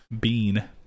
Bean